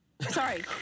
Sorry